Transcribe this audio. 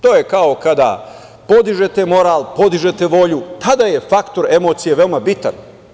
To je kao kada podižete moral, podižete volju kada je faktor emocije veoma bitan.